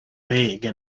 vague